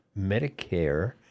Medicare